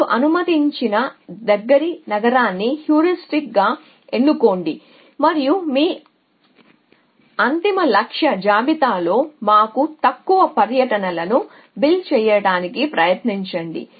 మీరు అనుమతించిన దగ్గరి నగరాన్ని హ్యూరిస్టిక్గా ఎన్నుకోండి మరియు మీ అంతిమ లక్ష్య జాబితాలో మాకు తక్కువ పర్యటనలను బిల్ చేయడానికి ప్రయత్నించండి